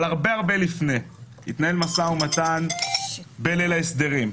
אבל הרבה הרבה לפני התנהל משא-ומתן בליל ההסדרים,